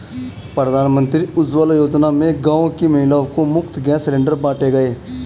प्रधानमंत्री उज्जवला योजना में गांव की महिलाओं को मुफ्त गैस सिलेंडर बांटे गए